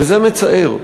וזה מצער.